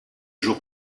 jours